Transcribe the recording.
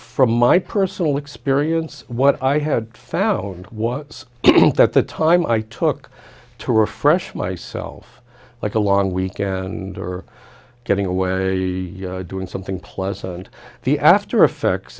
from my personal experience what i had found was that the time i took to refresh myself like a long weekend and are getting away doing something pleasant the aftereffects